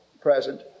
present